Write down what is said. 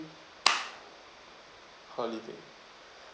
holiday